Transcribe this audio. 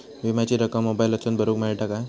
विमाची रक्कम मोबाईलातसून भरुक मेळता काय?